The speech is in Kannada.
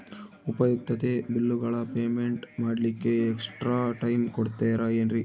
ಉಪಯುಕ್ತತೆ ಬಿಲ್ಲುಗಳ ಪೇಮೆಂಟ್ ಮಾಡ್ಲಿಕ್ಕೆ ಎಕ್ಸ್ಟ್ರಾ ಟೈಮ್ ಕೊಡ್ತೇರಾ ಏನ್ರಿ?